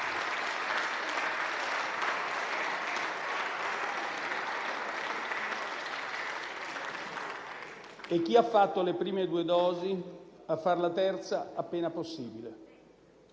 e chi ha fatto le prime due dosi a fare la terza appena possibile.